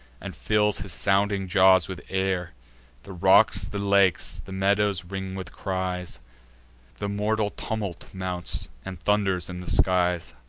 and fills his sounding jaws with air the rocks, the lakes, the meadows ring with cries the mortal tumult mounts, and thunders in the skies.